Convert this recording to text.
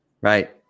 Right